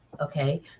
okay